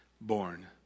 born